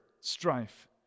strife